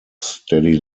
steady